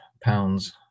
pounds